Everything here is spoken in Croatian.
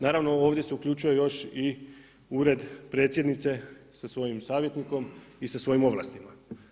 Naravno ovdje se uključuje još i ured predsjednice sa svojim savjetnikom i sa svojim ovlastima.